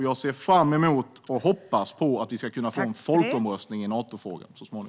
Jag ser fram emot och hoppas på att vi så småningom ska kunna få till stånd en folkomröstning i Natofrågan.